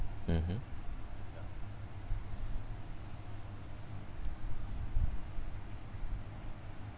mmhmm